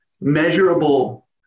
measurable